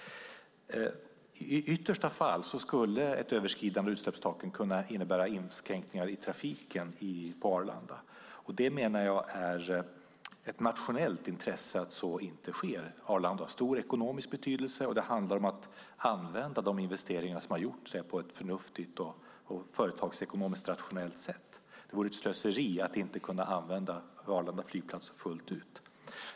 I yttersta fall skulle ett överskridande av utsläppstaken kunna innebära inskränkningar i trafiken på Arlanda. Det är av nationellt intresse att så inte sker. Arlanda har stor ekonomisk betydelse, och det handlar om att använda de investeringar som har gjorts på ett förnuftigt och företagsekonomiskt rationellt sätt. Det vore ett slöseri i att inte kunna använda Arlanda flygplats fullt ut.